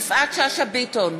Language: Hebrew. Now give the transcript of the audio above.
יפעת שאשא ביטון,